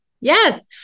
yes